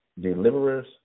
deliverers